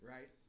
Right